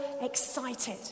excited